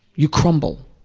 you crumble